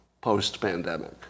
post-pandemic